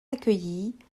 accueillie